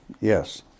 Yes